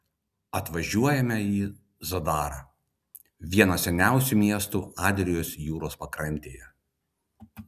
atvažiuojame į zadarą vieną seniausių miestų adrijos jūros pakrantėje